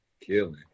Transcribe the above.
Killing